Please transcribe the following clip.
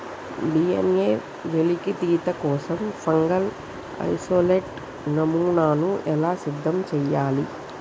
DNA వెలికితీత కోసం fungal isolate నమూనాను ఎలా సిద్ధం చెయ్యాలి?